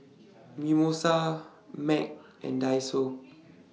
Mimosa Mac and Daiso